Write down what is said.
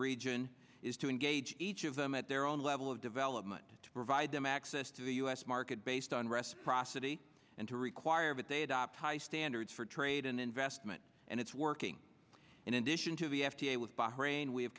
region is to engage each of them at their own level of development to provide them access to the u s market based on rest prosody and to require that they adopt high standards for trade and investment and it's working in addition to the f d a with bahrain we